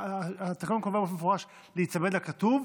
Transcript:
התקנון קובע באופן מפורש להיצמד לכתוב,